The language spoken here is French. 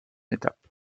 étapes